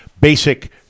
basic